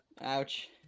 Ouch